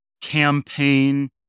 campaign